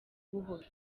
buhoro